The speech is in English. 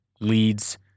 leads